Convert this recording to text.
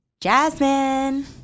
Jasmine